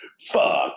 Fuck